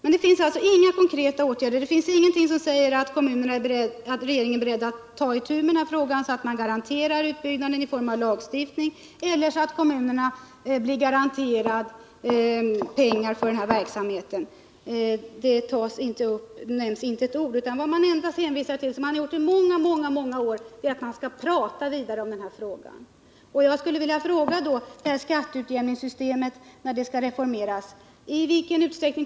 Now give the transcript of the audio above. Men det finns alltså inga förslag om konkreta åtgärder, ingenting som säger att regeringen är beredd att ta itu med denna fråga, så att utbyggnaden garanteras genom lagstiftning eller så att kommunerna garanteras pengar för verksamheten. Det enda man säger — och det har man sagt under många, många år —-är att man skall fortsätta att diskutera den här frågan. Jag skulle då vilja fråga: Hur mycket pengar kommer kommunerna att få när skatteutjämningssystemet reformerats?